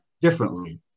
differently